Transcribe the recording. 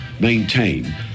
maintain